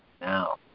now